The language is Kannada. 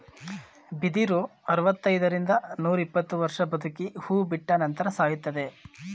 ಬಿದಿರು ಅರವೃತೈದರಿಂದ ರಿಂದ ನೂರಿಪ್ಪತ್ತು ವರ್ಷ ಬದುಕಿ ಹೂ ಬಿಟ್ಟ ನಂತರ ಸಾಯುತ್ತದೆ